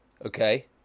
Okay